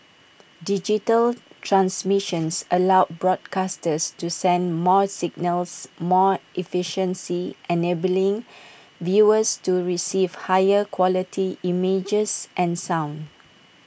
digital transmissions allow broadcasters to send more signals more efficiency enabling viewers to receive higher quality images and sound